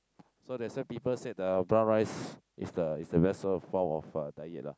so that's why people said the brown rice is the is the best sort of form of diet lah